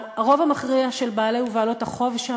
הרוב המכריע של בעלי ובעלות החוב שם